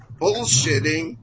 bullshitting